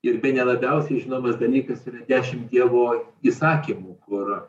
ir bene labiausiai žinomas dalykas yra dešimt dievo įsakymų kur